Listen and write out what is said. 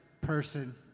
person